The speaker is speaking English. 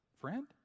Friend